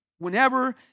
whenever